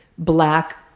black